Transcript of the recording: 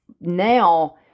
now